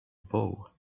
bow